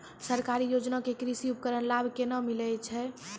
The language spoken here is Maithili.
सरकारी योजना के कृषि उपकरण लाभ केना मिलै छै?